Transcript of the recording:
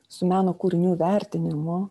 su meno kūrinių vertinimu